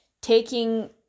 taking